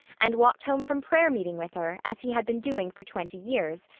and walked home from prayer-meeting with her, as he had been doing for twenty years,